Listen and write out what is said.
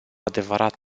adevărat